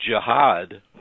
jihad